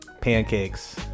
Pancakes